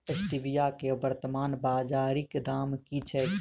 Stevia केँ वर्तमान बाजारीक दाम की छैक?